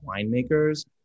winemakers